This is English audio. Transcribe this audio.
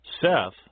Seth